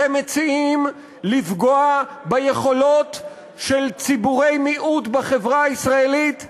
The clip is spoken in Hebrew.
אתם מציעים לפגוע ביכולות של ציבורי מיעוט בחברה הישראלית להתארגן,